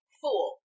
fool